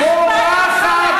את בורחת,